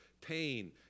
pain